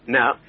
now